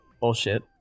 bullshit